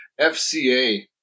FCA